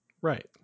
Right